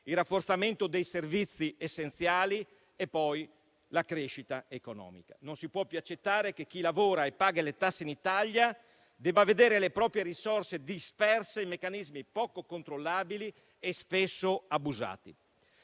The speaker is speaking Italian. il rafforzamento dei servizi essenziali e la crescita economica. Non si può più accettare che chi lavora e paga le tasse in Italia debba vedere le proprie risorse disperse in meccanismi poco controllabili e spesso abusati.